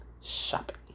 shopping